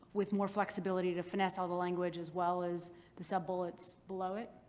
with more flexibility to finesse all the language as well as the sub-bullets below it?